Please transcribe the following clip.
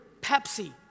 Pepsi